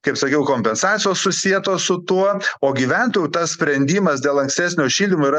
kaip sakiau kompensacijos susietos su tuo o gyventojų tas sprendimas dėl ankstesnio šildymo yra